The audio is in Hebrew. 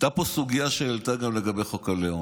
הייתה פה סוגיה שהועלתה גם לגבי חוק הלאום.